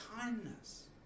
kindness